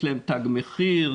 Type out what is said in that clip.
יש להם תג מחיר,